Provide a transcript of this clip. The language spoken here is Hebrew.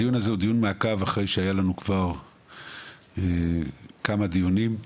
הדיון הזה הוא דיון מעקב אחרי שהיו לנו כבר כמה דיונים.